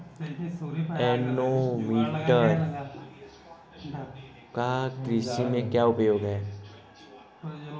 Anemometer का कृषि में क्या उपयोग है?